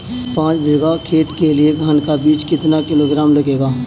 पाँच बीघा खेत के लिये धान का बीज कितना किलोग्राम लगेगा?